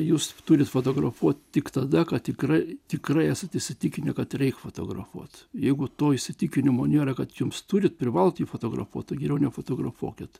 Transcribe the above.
jūs turit fotografuot tik tada kai tikrai tikrai esate įsitikinę kad reik fotografuot jeigu to įsitikinimo nėra kad jums turit privalot jį fotografuot tai geriau nefotografuokit